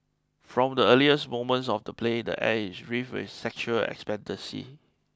from the earliest moments of the play the air is rife with sexual expectancy